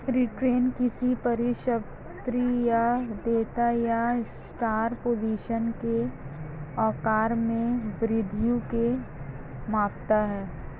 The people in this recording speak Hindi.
रिटर्न किसी परिसंपत्ति या देयता या शॉर्ट पोजीशन के आकार में वृद्धि को मापता है